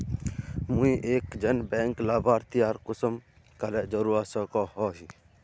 मुई एक जन बैंक लाभारती आर कुंसम करे जोड़वा सकोहो ही?